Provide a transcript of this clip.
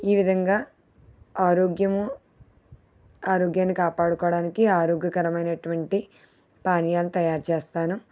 ఈ విధంగా ఆరోగ్యము ఆరోగ్యాన్ని కాపాడుకోవడానికి ఆరోగ్యకరమైనటువంటి పానీయాలు తయారు చేస్తాను